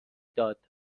داد